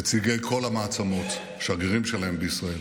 נציגי כל המעצמות, השגרירים שלהם בישראל,